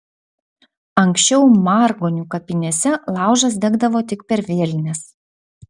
anksčiau margionių kapinėse laužas degdavo tik per vėlines